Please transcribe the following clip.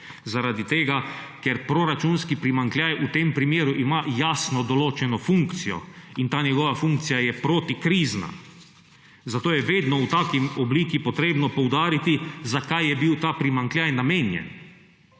Zaradi tega ker proračunski primanjkljaj v tem primeru ima jasno določeno funkcijo, in ta njegova funkcija je protikrizna. Zato je vedno v taki obliki potrebno poudariti, za kaj je bil ta primanjkljaj namenjen.